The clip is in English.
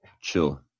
chill